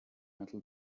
metal